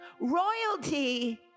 Royalty